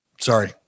Sorry